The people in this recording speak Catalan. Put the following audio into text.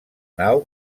nau